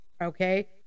okay